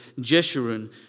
Jeshurun